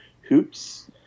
Hoops